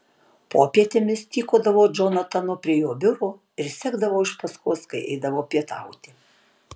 popietėmis tykodavau džonatano prie jo biuro ir sekdavau iš paskos kai eidavo pietauti